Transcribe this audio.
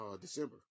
December